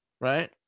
right